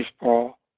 baseball